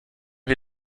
wir